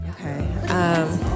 Okay